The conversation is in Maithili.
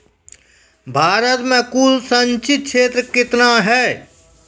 भारत मे कुल संचित क्षेत्र कितने हैं?